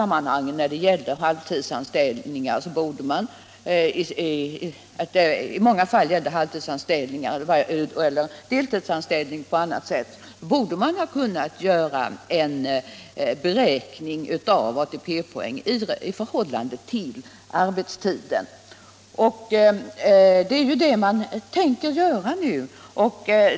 Men när det gällt halvtidsanställning eller deltidsanställning på annat sätt borde man ha kunnat göra en beräkning av ATP-poängen i förhållande till arbetstiden. Så tänker man förfara nu.